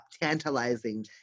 tantalizing